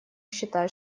считает